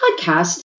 podcast